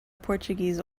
portuguese